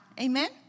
Amen